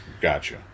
gotcha